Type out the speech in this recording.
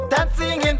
Dancing